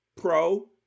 Pro